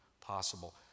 possible